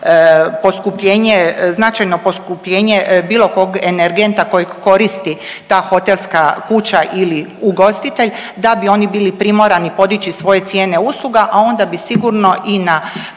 poskupljenje, značajno poskupljenje bilo kog energenta kojeg koristi ta hotelska kuća ili ugostitelj da bi oni bili primorani podići svoje cijene usluga, a onda bi sigurno i na